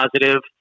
positive